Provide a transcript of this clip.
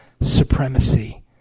supremacy